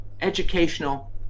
educational